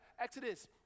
Exodus